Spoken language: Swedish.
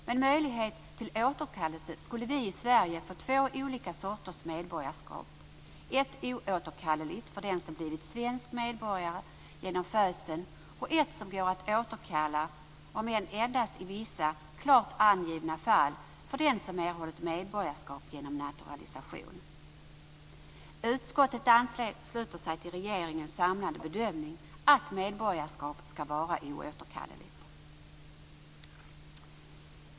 Med möjlighet till återkallelse skulle vi i Sverige få två olika sorters medborgarskap: ett oåterkalleligt för den som blivit svensk medborgare genom födseln och ett som går att återkalla - om än endast i vissa klart angivna fall - för den som erhållit medborgarskap genom naturalisation. Utskottet ansluter sig till regeringens samlade bedömning att medborgarskap skall vara oåterkalleligt.